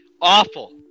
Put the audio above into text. Awful